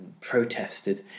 protested